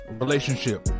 relationship